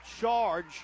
charge